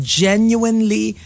genuinely